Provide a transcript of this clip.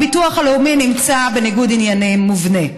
הביטוח הלאומי נמצא בניגוד עניינים מובנה.